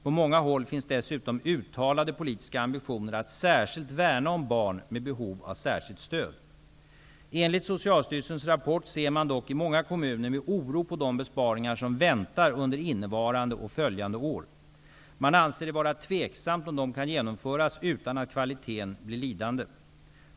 På många håll finns dessutom uttalade politiska ambitioner att särskilt värna om barn med behov av särskilt stöd. Enligt Socialstyrelsens rapport ser man dock i många kommuner med oro på de besparingar som väntar under innevarande och följande år. Man anser det vara tveksamt om de kan genomföras utan att kvaliteten blir lidande.